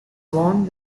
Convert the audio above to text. worn